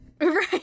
Right